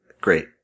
Great